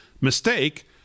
mistake